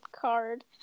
card